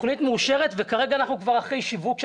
התוכנית מאושרת וכרגע אנחנו כבר אחרי שיווק של